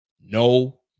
No